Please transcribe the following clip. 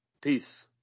Peace